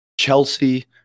Chelsea